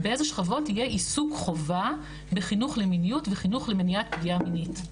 יהיה עיסוק חובה בחינוך למיניות ולמניעת פגיעה מינית.